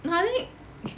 no I think